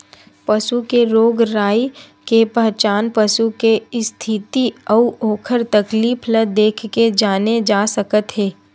पसू के रोग राई के पहचान पसू के इस्थिति अउ ओखर तकलीफ ल देखके जाने जा सकत हे